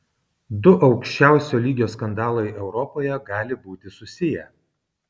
du aukščiausio lygio skandalai europoje gali būti susiję